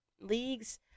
leagues